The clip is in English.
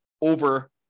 over